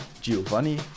Giovanni